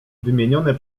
wymienione